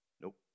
Nope